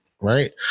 right